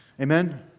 Amen